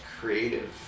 creative